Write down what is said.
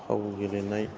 फाव गेलेनाय